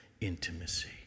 intimacy